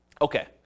Okay